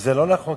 וזה לא נכון,